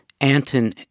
Anton